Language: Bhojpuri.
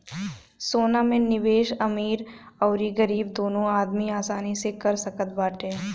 सोना में निवेश अमीर अउरी गरीब दूनो आदमी आसानी से कर सकत बाटे